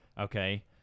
Okay